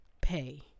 pay